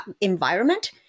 environment